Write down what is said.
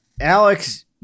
Alex